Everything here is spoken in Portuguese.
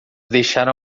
deixaram